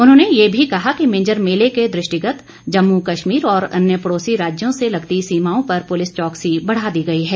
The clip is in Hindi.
उन्होंने ये भी कहा कि मिंजर मेले के दृष्टिगत जम्मू कश्मीर और अन्य पड़ौसी राज्यों से लगती सीमाओं पर पूलिस चौकसी बढ़ा दी गई है